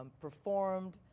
performed